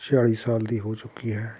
ਛਿਆਲ਼ੀ ਸਾਲ ਦੀ ਹੋ ਚੁੱਕੀ ਹੈ